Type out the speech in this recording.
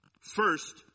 first